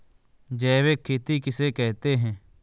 जैविक खेती किसे कहते हैं?